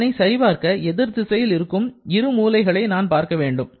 அதனை சரி பார்க்க எதிர் திசையில் இருக்கும் இரு மூலைகளை நான் பார்க்க வேண்டும்